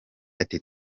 ati